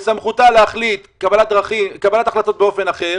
בסמכותה להחליט קבלת החלטות באופן אחר.